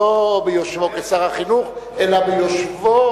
לא ביושבו כשר החינוך אלא ביושבו